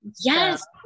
Yes